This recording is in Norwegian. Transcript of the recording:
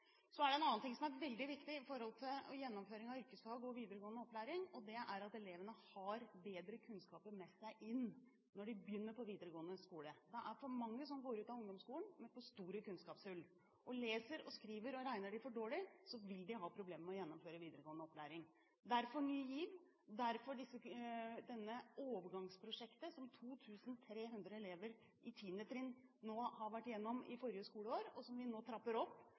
Så er det en annen ting som er veldig viktig når det gjelder gjennomføring av yrkesfag og videregående opplæring. Det er at elevene har bedre kunnskaper med seg inn når de begynner på videregående skole. Det er for mange som går ut av ungdomsskolen med for store kunnskapshull. Leser, skriver og regner de for dårlig, vil de ha problemer med å gjennomføre videregående opplæring. Derfor Ny GIV, derfor dette overgangsprosjektet som 2 300 elever i 10. trinn var gjennom i forrige skoleår, og som vi nå trapper opp